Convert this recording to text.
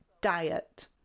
diet